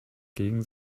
gegen